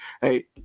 hey